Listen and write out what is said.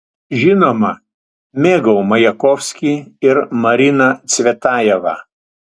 žinoma mėgau majakovskį ir mariną cvetajevą